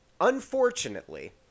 unfortunately